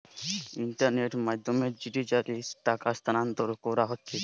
ইন্টারনেটের মাধ্যমে ডিজিটালি টাকা স্থানান্তর কোরা হচ্ছে